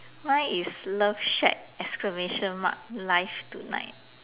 mine is love shack exclamation mark life tonight